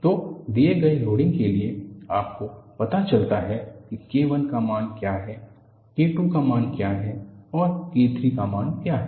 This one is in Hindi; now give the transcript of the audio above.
तो दिए गए लोडिंग के लिए आपको पता चलता है कि K I का मान क्या है K II का मान क्या है और K III का मान क्या है